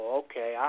okay